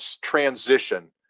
transition